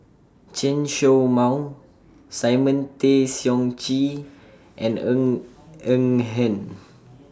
Chen Show Mao Simon Tay Seong Chee and Ng Eng Hen